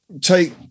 take